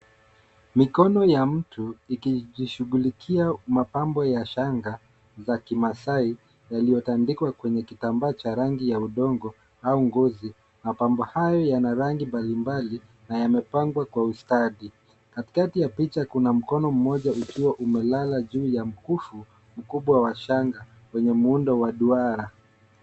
Mikono ya mtu ikijishughulikia mapambo ya shanga za kimasai yaliotandikwa kwenye kitambaa cha rangi ya udongo au ngozi. Mapambo hayo yana rangi mbalimbali na yamepangwa kwa ustadi. Katikati ya picha kuna mkono mmoja ukiwa umelala juu ya mkufu mkubwa wa shanga wenye muundo wa duara.